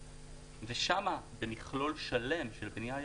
ושם, במכלול שלם של בנייה ירוקה,